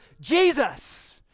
Jesus